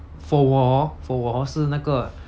for 我 hor for 我 hor 是那个